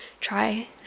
try